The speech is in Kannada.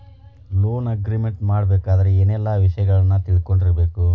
ಲೊನ್ ಅಗ್ರಿಮೆಂಟ್ ಮಾಡ್ಬೆಕಾದ್ರ ಏನೆಲ್ಲಾ ವಿಷಯಗಳನ್ನ ತಿಳ್ಕೊಂಡಿರ್ಬೆಕು?